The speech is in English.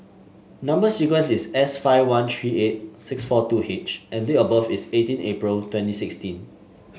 number sequence is S five one three eight six four two H and date of birth is eighteen April twenty sixteen